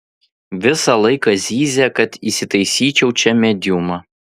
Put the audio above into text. visą laiką zyzia kad įsitaisyčiau čia mediumą